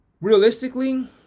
realistically